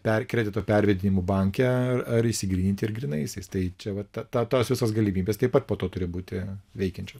per kredito pervedimu banke ar išsigryninti ir grynaisiais tai čia va ta tos visos galimybės taip pat po to turi būti veikiančios